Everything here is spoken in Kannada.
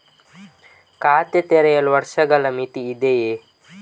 ಖಾತೆ ತೆರೆಯಲು ವರ್ಷಗಳ ಮಿತಿ ಇದೆಯೇ?